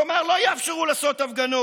כלומר לא יאפשרו לעשות הפגנות.